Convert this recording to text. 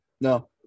No